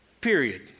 period